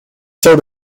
sold